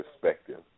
perspective